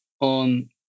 on